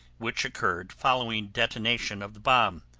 which occurred following detonation of the bomb.